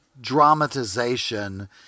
dramatization